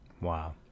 Wow